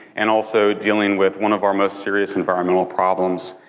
and also dealing with one of our most serious environmental problems,